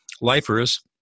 lifers